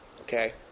Okay